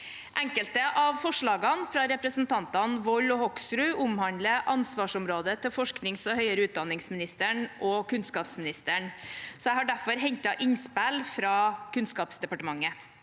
Enkelte av forslagene fra representantene Wold og Hoksrud omhandler ansvarsområdet til forsknings- og høyere utdanningsministeren og kunnskapsministeren. Jeg har derfor innhentet innspill fra Kunnskapsdepartementet.